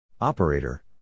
Operator